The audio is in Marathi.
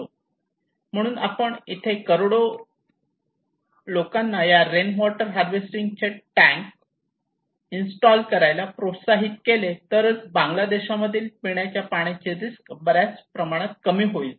आणि म्हणून जर आपण करोडो लोकांना या रेनवॉटर हार्वेस्टिंग टॅंक इन्स्टॉल करायला प्रोत्साहित केले तरच बांगला देशांमधील पिण्याच्या पाण्याची रिस्क बऱ्याच प्रमाणात कमी होईल